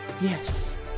Yes